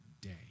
day